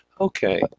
okay